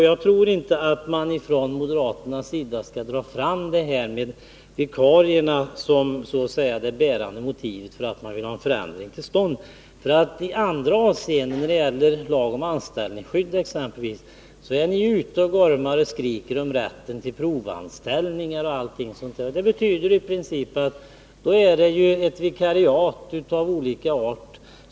Jag tror inte att moderaterna bör föra fram resonemanget om vikarierna som det bärande motivet för en förändring. På andra områden, t.ex. beträffande lag om anställningsskydd, är ni ju ute och gormar om rätten till provanställningar m.m., vilket i princip betyder att ni vill att vi skall kunna inrätta olika slags vikariat.